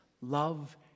love